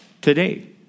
today